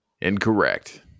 incorrect